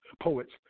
poets